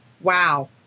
wow